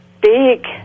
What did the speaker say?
big